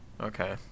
Okay